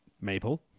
Maple